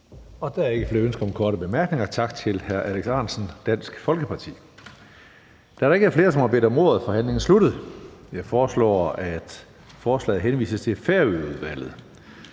Der er ikke flere ønsker om korte bemærkninger. Tak til hr. Alex Ahrendtsen, Dansk Folkeparti. Da der ikke er flere, som har bedt om ordet, er forhandlingen sluttet. Jeg foreslår, at forslaget til